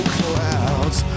clouds